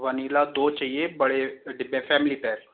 vanilla दो चाहिए बड़े डिब्बे फ़ैमिली पैक